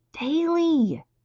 Daily